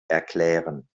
erklären